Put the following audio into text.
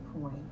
point